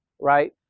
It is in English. right